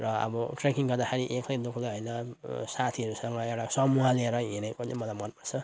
र अब ट्रेकिङ गर्दाखेरि एक्लैदुक्लै होइन साथीहरूसँग एउटा समूह लिएर हिँडेकोले मलाई मनपर्छ